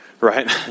right